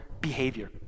behavior